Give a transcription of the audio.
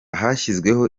hashyizweho